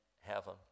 heaven